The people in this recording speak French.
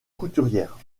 couturière